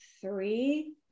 three